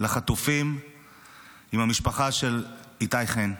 לחטופים עם המשפחה של איתי חן.